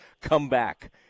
comeback